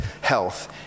health